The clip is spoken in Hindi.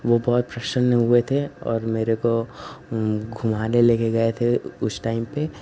वो बहुत प्रसन्न हुए थे और मेरे को घुमाने ले कर गये थे उस टाइम पर